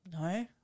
No